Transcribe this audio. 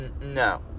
no